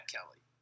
Kelly